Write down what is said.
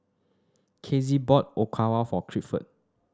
Kizzy bought Okawa for Clifford